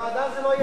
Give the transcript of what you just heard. בוועדה זה לא יידון.